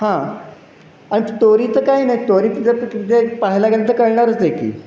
हां आणि तोरी तर काही नाही टोरी त्याच्यात म्हणजे पाहायला गेलं तर कळणारच आहे की